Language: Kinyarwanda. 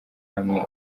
hamwe